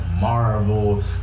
Marvel